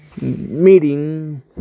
meeting